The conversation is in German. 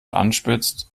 anspitzt